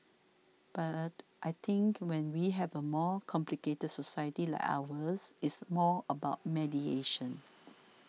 but I think when we have a more complicated society like ours it's more about mediation